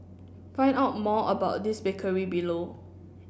find out more about this bakery below